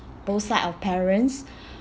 both side of parents